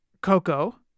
Coco